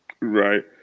Right